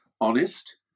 honest